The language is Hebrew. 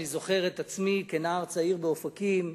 אני זוכר את עצמי כנער צעיר באופקים,